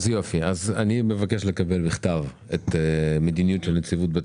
אני מבקש לקבל בכתב את מדיניות נציבות שירות